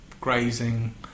grazing